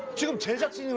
to stay